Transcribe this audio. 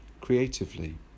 creatively